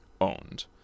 owned